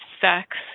sex